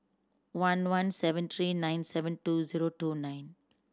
one one seven three nine seven two zero two nine